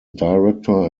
director